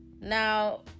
Now